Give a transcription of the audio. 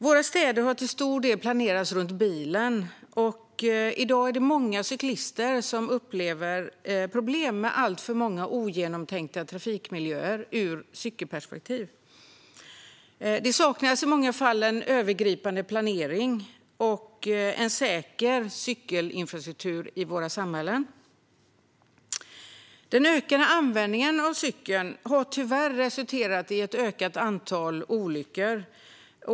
Våra städer har till stor del planerats runt bilen, och många cyklister upplever i dag problem med alltför många trafikmiljöer som ur ett cykelperspektiv är ogenomtänkta. I våra samhällen saknas i många fall en övergripande planering och en säker cykelinfrastruktur. Den ökade användningen av cykeln har tyvärr resulterat i ett ökat antal olyckor.